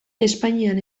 espainian